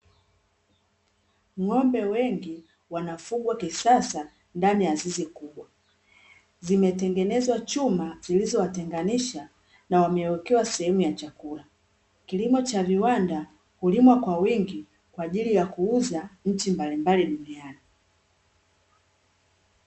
Ng'ombe wengi wanafugwa kisasa ndani ya zizi kubwa. Zimetengenezwa chuma zilizowatengenisha na wamewekewa sehemu ya chakula. Kilimo cha viwanda hulimwa kwa wingi kwa ajili ya kuuza nchi mbalimbali duniani.